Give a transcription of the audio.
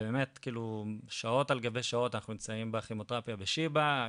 באמת כאילו שעות על גבי שעות אנחנו נמצאים בכימותרפיה בשיבא,